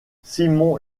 simon